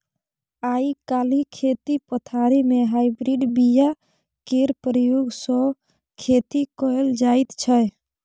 आइ काल्हि खेती पथारी मे हाइब्रिड बीया केर प्रयोग सँ खेती कएल जाइत छै